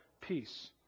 peace